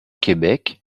québec